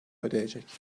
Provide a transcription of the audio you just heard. ödeyecek